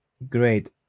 great